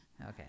okay